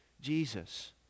Jesus